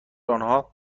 آنها